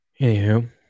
Anywho